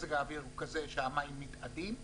מזג האוויר הוא כזה המים מתאדים.